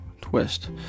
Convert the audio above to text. twist